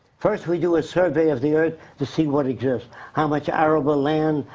first, we do a survey of the earth to see what exists. how much arable land,